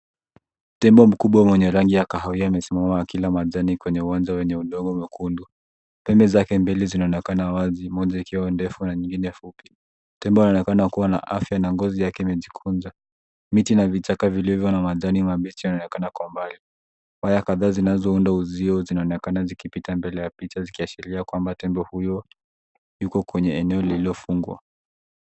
Tembo mkubwa mwenye rangi ya kahawia amesimama akila majani kwenye uwanja wenye udongo mwekundu ,pembe zake mbili zinaonekana wazi moja ikiwa ndefu mara nyingine fupi, tembo anaonekana kuwa na afya na ngozi yake imejikunja miti na vilivyo na majani mabichi yanaonekana kwa mbali ,waya kadhaa zinazounda uzio zinaonekana zikipita mbele ya picha zikiashiria kwamba tembo huyo yuko kwenye eneo lililofungwa.